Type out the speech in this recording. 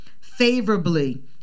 favorably